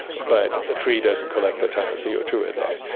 but a tree doesn't collect a tonne of c o two a day.